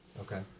Okay